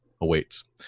awaits